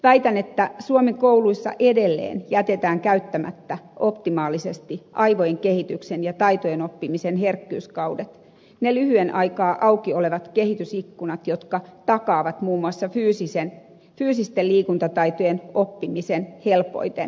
väitän että suomen kouluissa edelleen jätetään käyttämättä optimaalisesti aivojen kehityksen ja taitojen oppimisen herkkyyskaudet ne lyhyen aikaa auki olevat kehitysikkunat jotka takaavat muun muassa fyysisten liikuntataitojen oppimisen helpoiten